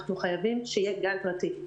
אנחנו חייבים שיהיה גן פרטי,